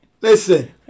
Listen